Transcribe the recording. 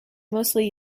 mostly